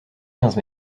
quinze